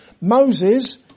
Moses